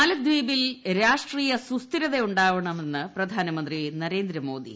മാലദ്വീപിൽ രാഷ്ട്രീയ സൂസ്ഥിരത ഉണ്ടാവണമെന്ന് പ്രധാനമന്ത്രി നരേന്ദ്രമോദി